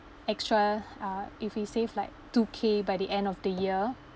extra uh if we save like two K by the end of the year